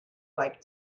like